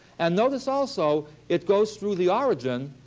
and notice also it goes through the origin,